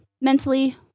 Mentally